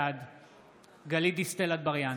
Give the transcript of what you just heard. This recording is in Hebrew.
בעד גלית דיסטל אטבריאן,